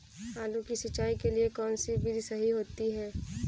आलू की सिंचाई के लिए कौन सी विधि सही होती है?